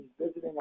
visiting